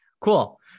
Cool